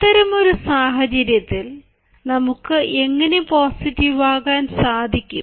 അത്തരമൊരു സാഹചര്യത്തിൽ നമുക്ക് എങ്ങനെ പോസിറ്റീവ് ആവാൻ സാധിക്കും